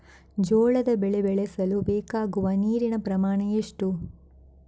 ಜೋಳದ ಬೆಳೆ ಬೆಳೆಸಲು ಬೇಕಾಗುವ ನೀರಿನ ಪ್ರಮಾಣ ಎಷ್ಟು?